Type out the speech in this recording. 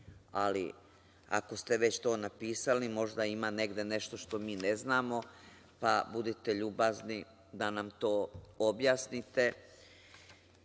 ali ako ste već to napisali možda ima negde nešto što mi ne znamo, pa budite ljubazni da nam to objasnite,